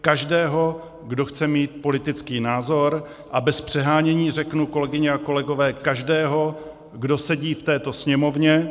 Každého, kdo chce mít politický názor, a bez přehánění řeknu, kolegyně a kolegové, každého, kdo sedí v této Sněmovně